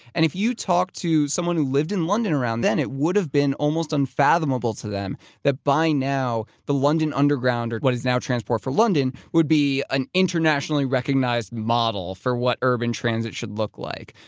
and if you talk to someone who lived in london around then, it would have been almost unfathomable to them that by now, the london underground or what is now transport for london, would be an internationally recognized model for what urban transit should look like.